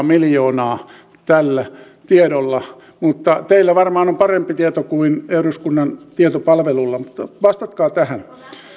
miljoonaa tällä tiedolla mutta teillä varmaan on parempi tieto kuin eduskunnan tietopalvelulla mutta vastatkaa tähän